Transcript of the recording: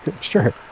Sure